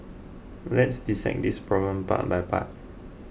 let's dissect this problem part by part